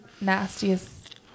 nastiest